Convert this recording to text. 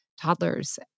toddlers